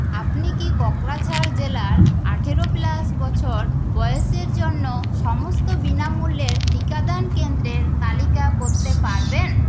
আপনি কি কোকরাঝাড় জেলার আঠারো প্লাস বছর বয়সের জন্য সমস্ত বিনামূল্যের টিকাদান কেন্দ্রের তালিকা করতে পারবেন